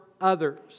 others